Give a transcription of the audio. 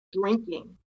drinking